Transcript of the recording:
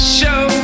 show